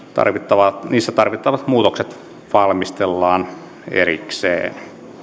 niissä tarvittavat muutokset valmistellaan erikseen